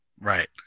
Right